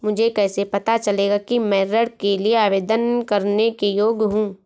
मुझे कैसे पता चलेगा कि मैं ऋण के लिए आवेदन करने के योग्य हूँ?